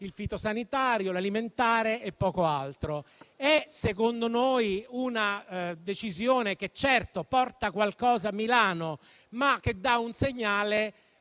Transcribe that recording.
il fitosanitario, l'alimentare e poco altro. Questa - secondo noi - è una decisione che certo porta qualcosa a Milano, ma che ancora